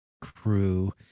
crew